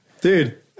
dude